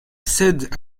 cèdent